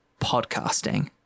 podcasting